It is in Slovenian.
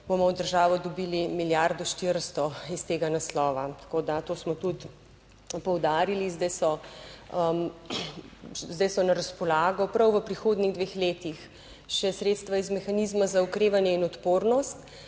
bomo v državo dobili milijardo 400 iz tega naslova. Tako, da to smo tudi poudarili. Zdaj so, zdaj so na razpolago prav v prihodnjih dveh letih, še sredstva iz mehanizma za okrevanje in odpornost,